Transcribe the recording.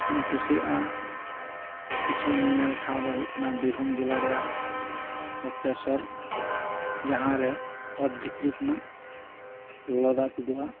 ᱤᱧ ᱠᱩᱥᱤᱭᱟᱜᱼᱟ ᱠᱤᱪᱷᱩ ᱧᱮᱧᱮᱞ ᱴᱷᱟᱶ ᱫᱚ ᱦᱩᱭᱩᱜ ᱠᱟᱱᱟ ᱵᱤᱨᱵᱷᱩᱢ ᱡᱮᱞᱟ ᱨᱮᱭᱟᱜ ᱵᱚᱠᱠᱨᱮᱥᱥᱚᱨ ᱡᱟᱦᱟᱸᱨᱮ ᱚᱛ ᱵᱷᱤᱛᱨᱤ ᱠᱷᱚᱱᱟᱜ ᱞᱚᱞᱚ ᱫᱟᱜ ᱛᱩᱫᱩᱜᱼᱟ